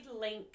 link